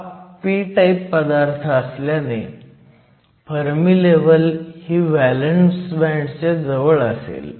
हा p type पदार्थ असल्याने फर्मी लेव्हल ही व्हॅलंस बँडच्या जवळ असेल